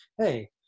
hey